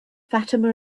fatima